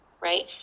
Right